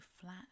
flat